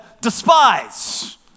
despise